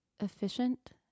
efficient